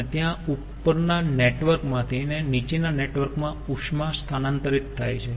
અને ત્યાં ઉપરના નેટવર્ક માંથી નીચેના નેટવર્ક માં ઉષ્મા સ્થાનાંતરિત થાય છે